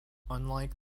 unlike